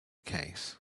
case